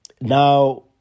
Now